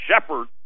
Shepard